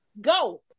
go